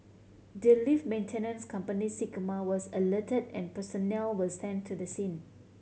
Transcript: the lift maintenance company Sigma was alerted and personnel were sent to the scene